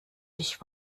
dich